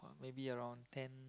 maybe around ten